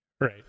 right